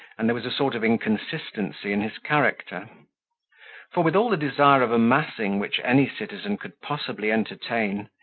and there was a sort of inconsistency in his character for, with all the desire of amassing which any citizen could possibly entertain,